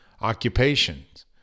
occupations